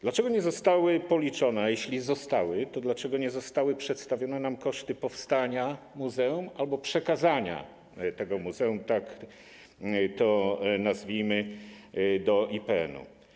Dlaczego nie zostały policzone - a jeśli zostały, to dlaczego nie zostały nam przedstawione - koszty powstania muzeum albo przekazania tego muzeum, tak to nazwijmy, do IPN-u?